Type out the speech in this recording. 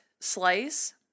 slice